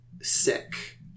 sick